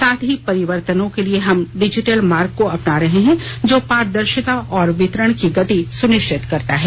साथ हीपरिवर्तनों के लिए हम डिजिटल मार्ग को अपना रहे हैं जो पारदर्शिता और वितरण की गति सुनिश्चित करता है